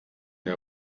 der